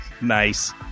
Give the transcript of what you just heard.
Nice